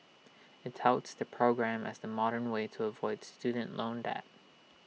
IT touts the program as the modern way to avoid student loan debt